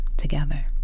together